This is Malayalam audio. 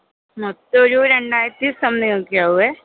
മൊത്തം ഒരു രണ്ടായിരത്തി സംതിംഗ് ഒക്കെ ആകും